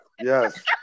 Yes